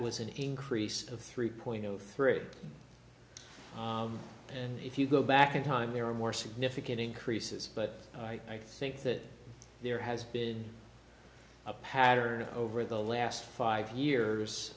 was an increase of three point zero three and if you go back in time there are more significant increases but i think that there has been a pattern over the last five years